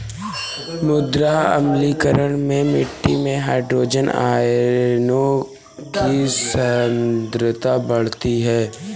मृदा अम्लीकरण में मिट्टी में हाइड्रोजन आयनों की सांद्रता बढ़ती है